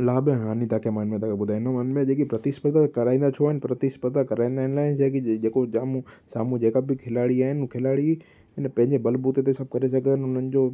लाभु ऐं हाञि तव्हांखे मां हिन में तव्हांखे ॿुधाईंदुमि इन में जेकी प्रतिस्पर्धा कराईंदा छो आहिनि प्रतिस्पर्धा कराईंदा इन लाइ आहिनि जेकी जे जेको जाम साम्हूं जेका बि खिलाड़ी आहिनि खिलाड़ी उहा खिलाड़ी आए न पंहिंजे बलबूते ते सभु करे सघनि उन्हनि जो